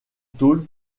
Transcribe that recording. tôle